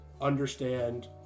understand